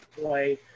play